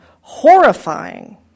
horrifying